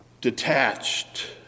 detached